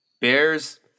Bears